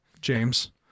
James